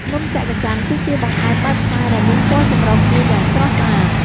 នំច័ក្កច័ន គឺជាបង្អែមបែបខ្មែរដែលមានពណ៌ចម្រុះគ្នាយ៉ាងស្រស់ស្អាត។